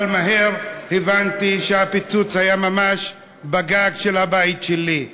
אבל מהר הבנתי שהפיצוץ היה ממש בגג של הבית שלי.